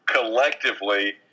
collectively